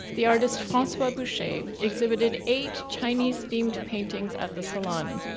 the artist francois boucher exhibited eight chinese-themed paintings at the salon,